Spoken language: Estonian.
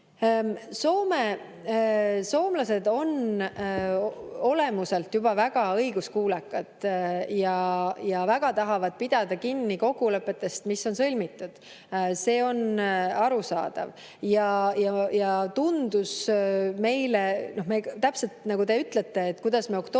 Soomlased on olemuselt väga õiguskuulekad ja tahavad pidada kinni kokkulepetest, mis on sõlmitud. See on arusaadav ja meile tundus, täpselt nagu te ütlete, et kuidas me oktoobris